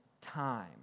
time